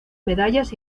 medallas